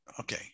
Okay